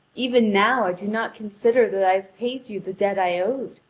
even now i do not consider that i have paid you the debt i owed.